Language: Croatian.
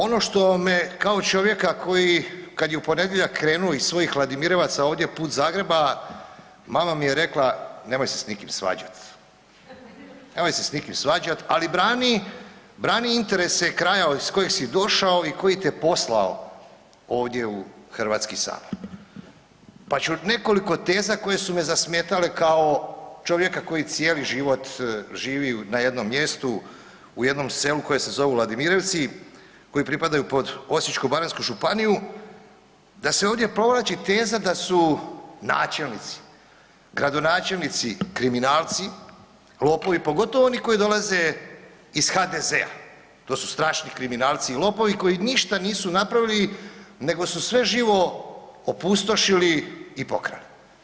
Ono što me kao čovjeka koji kad je u ponedjeljak krenuo iz svojih Vladimirevaca ovdje put Zagreba, mama mi je rekla „nemoj se s nikim svađat, nemoj se s nikim svađat ali brani interese kraja iz kojeg si došao i koji te poslao ovdje u Hrvatski sabor“ pa ću nekoliko teza koje su me zasmetale kao čovjeka koji cijeli život živi na jednom mjestu, u jednom selu koje se zovu Vladimirevci, koji pripadaju pod Osječko-baranjsku županiju, da se ovdje provlači teza da su načelnici, gradonačelnici kriminalci, lopovi, pogotovo oni koji dolaze iz HDZ-a, to su strašni kriminalci i lopovi koji ništa nisu napravili nego su sve živo opustošili i pokrali.